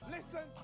Listen